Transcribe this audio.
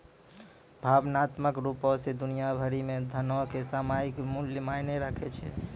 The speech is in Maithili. भावनात्मक रुपो से दुनिया भरि मे धनो के सामयिक मूल्य मायने राखै छै